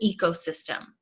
ecosystem